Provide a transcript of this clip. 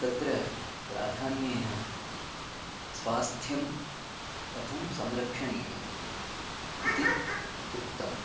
तत्र प्राधान्येन स्वास्थ्यं कथं संरक्षणीयम् इति उक्तं